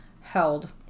held